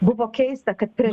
buvo keista kad prez